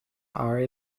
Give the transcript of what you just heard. are